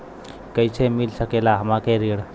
कइसे मिल सकेला हमके ऋण?